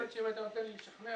הרביזיה לא התקבלה.